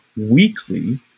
weekly